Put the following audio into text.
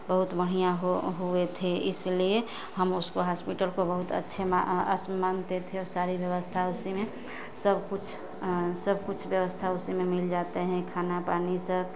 बहुत बढ़िया हूँ हुए थे इसलिए हम उसको हॉस्पिटल को बहुत अच्छे म आ आस मानते थे सारी व्यवस्था उसी में सब कुछ सब कुछ व्यवस्था उसी में मिल जाते हैं खाना पानी सब